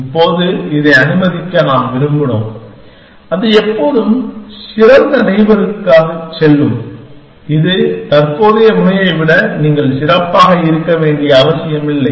இப்போது இதை அனுமதிக்க நாம் விரும்பினோம் அது எப்போதும் சிறந்த நெய்பருக்குச் செல்லும் இது தற்போதைய முனையை விட நீங்கள் சிறப்பாக இருக்க வேண்டிய அவசியமில்லை